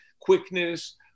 quickness